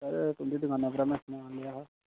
sir तुं'दी दकाना उप्परा में समान लेआ हा